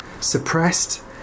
suppressed